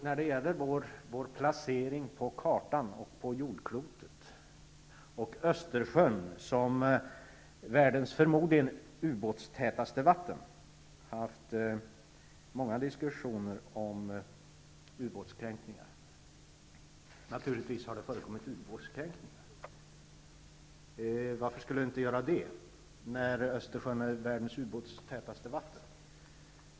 När det gäller vår placering på kartan och på jordklotet är Östersjön förmodligen världens ubåtstätaste vatten. Jag har haft många diskussioner om ubåtskränkningar. Det har naturligtvis förekommit ubåtskränkningar. Varför skulle det inte göra det, eftersom Östersjön är världens ubåtstätaste vatten?